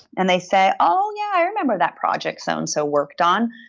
and they say, oh, yeah. i remember that project so and so worked on.